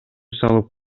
салып